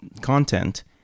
content